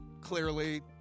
clearly